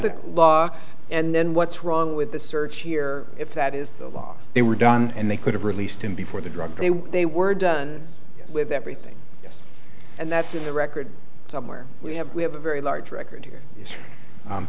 the law and then what's wrong with the search here if that is the law they were done and they could have released him before the drug they were they were done with everything else and that's in the record somewhere we have we have a very large record here is